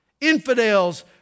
Infidels